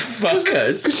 fuckers